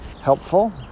helpful